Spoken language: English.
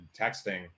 texting